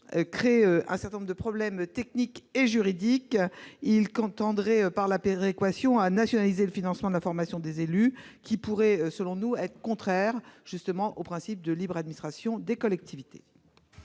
soulève un certain nombre de problèmes techniques et juridiques. Il tend, par la péréquation, à nationaliser le financement de la formation des élus, ce qui nous paraît contraire au principe de libre administration des collectivités.